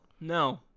no